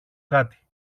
κάτι